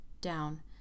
down